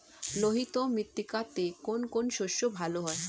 লোহিত মৃত্তিকাতে কোন কোন শস্য ভালো হয়?